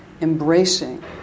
embracing